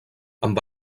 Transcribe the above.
amb